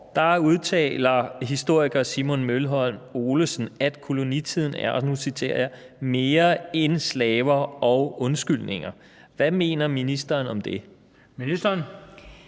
år udtaler historiker Simon Mølholm Olesen, at kolonitiden er, og nu citerer jeg, »mere end slaver og undskyldninger«. Hvad mener ministeren om det? Kl.